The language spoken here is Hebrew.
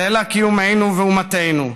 סלע קיומנו ואומתנו,